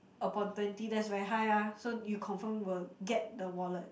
upon twenty that's very high ah so you confirm were get the wallet